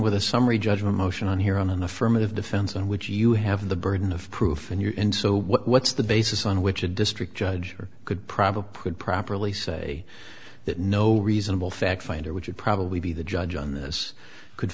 with a summary judgment motion on here on an affirmative defense in which you have the burden of proof and you're in so what's the basis on which a district judge could probably put properly say that no reasonable fact finder which would probably be the judge on this could